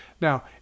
Now